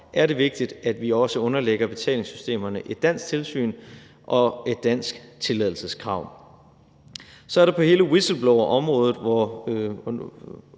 er det vigtigt, at vi også underlægger betalingssystemerne et dansk tilsyn og et dansk tilladelseskrav. Så er der hele whistleblowerområdet. Fru